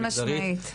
חד משמעית.